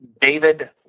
David